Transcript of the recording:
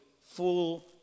full